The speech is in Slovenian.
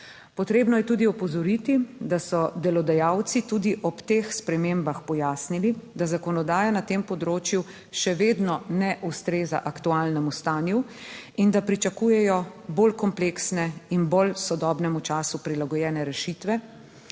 Potrebno je tudi opozoriti, da so delodajalci tudi ob teh spremembah pojasnili, da zakonodaja na tem področju še vedno ne ustreza aktualnemu stanju in da pričakujejo bolj kompleksne in bolj sodobnemu času prilagojene rešitve,